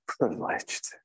privileged